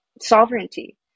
sovereignty